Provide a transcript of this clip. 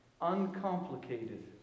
Uncomplicated